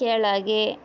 ಕೆಳಗೆ